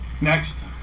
Next